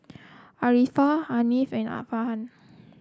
Arifa Hasif and Arfarhan